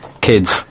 Kids